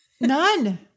none